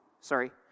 sorry